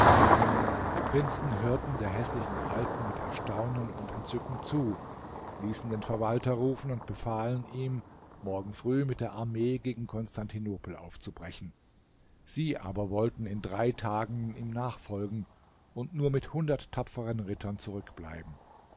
die prinzen hörten der häßlichen alten mit erstaunen und entzücken zu ließen den verwalter rufen und befahlen ihm morgen früh mit der armee gegen konstantinopel aufzubrechen sie aber wollten in drei tagen ihm nachfolgen und nur mit hundert tapferen rittern zurückbleiben